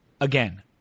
again